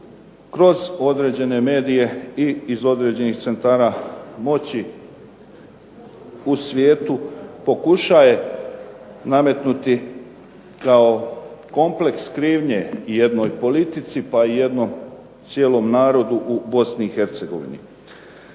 kroz određene medije i iz određenih centara moći u svijetu pokušaje nametnuti kao kompleks krivnje jednoj politici, pa i jednom cijelom narodu u Bosni